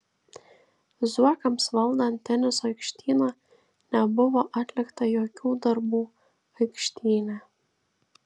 zuokams valdant teniso aikštyną nebuvo atlikta jokių darbų aikštyne